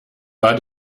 war